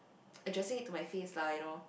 addressing it to my face lah you know